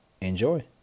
enjoy